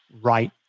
right